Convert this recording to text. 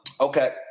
Okay